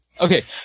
Okay